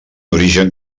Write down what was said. origen